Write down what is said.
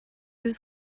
was